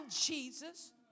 Jesus